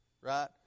right